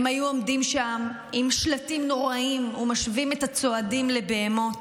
הם היו עומדים שם עם שלטים נוראיים ומשווים את הצועדים לבהמות.